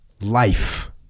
life